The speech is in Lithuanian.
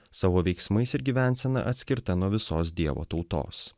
savo veiksmais ir gyvensena atskirta nuo visos dievo tautos